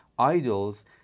Idols